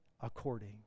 according